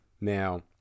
Now